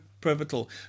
pivotal